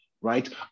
right